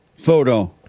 photo